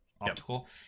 Optical